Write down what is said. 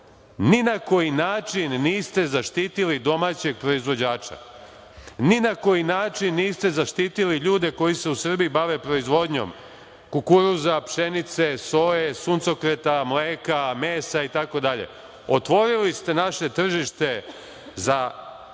na koji način niste zaštitili domaćeg proizvođača, ni na koji način niste zaštitili ljude koji se u Srbiji bave proizvodnjom kukuruza, pšenice, soje, suncokreta, mleka, mesa, itd. Otvorili ste naše tržište za